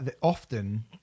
often